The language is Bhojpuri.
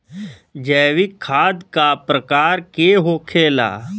जैविक खाद का प्रकार के होखे ला?